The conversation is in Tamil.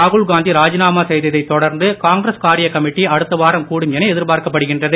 ராகுல்காந்தி ராஜினாமா செய்ததைத் தொடர்ந்து காங்கிரஸ் காரிய கமிட்டி அடுத்த வாரம் கூடும் என எதிர்பார்க்கப்படுகின்றது